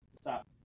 Stop